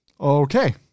Okay